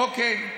אוקיי.